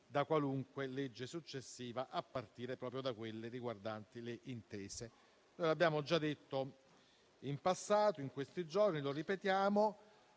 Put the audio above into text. da qualunque legge successiva, a partire proprio da quelle riguardanti le intese. L'abbiamo già detto in passato, in questi giorni, e lo ripetiamo: